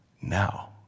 now